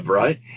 right